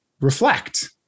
reflect